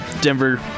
Denver